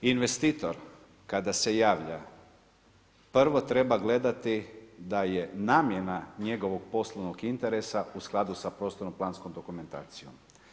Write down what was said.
Investitor kada se javlja prvo treba gledati da je namjena njegovog poslovnog interesa u skladu sa prostorno-planskom dokumentacijom.